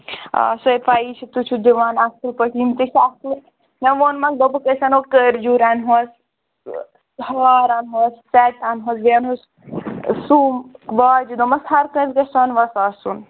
آ سۄے پَیی چھِ تُہۍ چھُو دِوان اَصٕل پٲٹھۍ یِم تہِ چھِ اَصٕل مےٚ ووٚنمَس دوٚپُکھ أسۍ اَنو کٔرِۍ جوٗرٕ اَنہوس ہار اَنہوس سَیٚٹ اَنہوس بیٚیہِ اَنہوس سُم واجہِ دوٚپمَس ہر کٲنٛسہِ گژھِ سۄنہٕ وَس آسُن